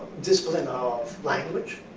discipline of language,